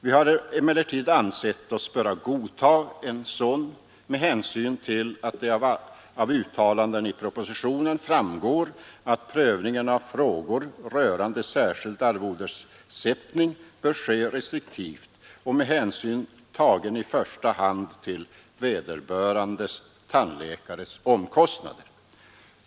Vi har emellertid ansett oss böra godta en sådan med hänsyn till att det av uttalanden i propositionen framgår att prövningen av frågor rörande särskild arvodessättning bör ske restriktivt och med hänsyn tagen i första hand till vederbörande tandläkares omkostnader.